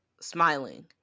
smiling